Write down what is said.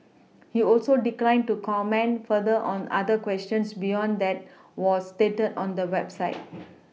he also declined to comment further on other questions beyond that was stated on the website